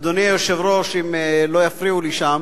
אדוני היושב-ראש, אם לא יפריעו לי שם.